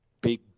big